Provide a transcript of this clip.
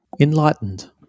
Enlightened